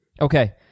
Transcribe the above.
Okay